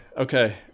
Okay